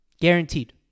Guaranteed